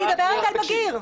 אני מדברת על בגיר.